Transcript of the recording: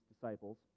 disciples